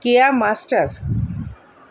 Kia master